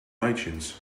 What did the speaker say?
itunes